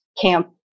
camp